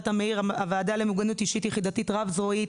הוועדה למוגנות אישית יחידתית רב זרועית,